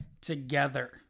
together